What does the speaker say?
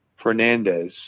Fernandez